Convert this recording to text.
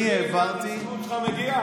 אני העברתי --- אתה מבין לאן --- מגיעה?